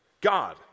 God